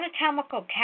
anatomical